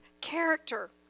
character